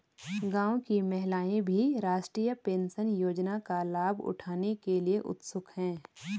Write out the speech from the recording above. गांव की महिलाएं भी राष्ट्रीय पेंशन योजना का लाभ उठाने के लिए उत्सुक हैं